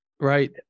Right